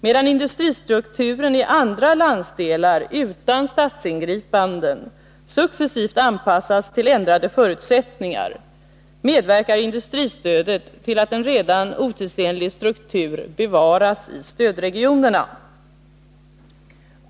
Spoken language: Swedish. Medan industristrukturen i andra landsdelar utan statsingripanden successivt anpassas till ändrade förutsättningar, medverkar industristödet till att en redan otidsenlig struktur bevaras i stödregionerna.